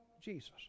Jesus